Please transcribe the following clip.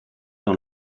dans